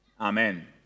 amen